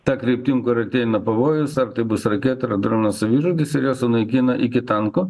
ta kryptim kur artėjama pavojus ar tai bus raketa ar dronas savižudis ir ją sunaikina iki tanko